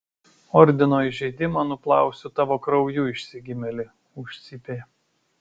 ordino įžeidimą nuplausiu tavo krauju išsigimėli užcypė